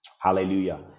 Hallelujah